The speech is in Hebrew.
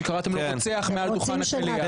כשקראתם לו רוצח מעל דוכן המליאה.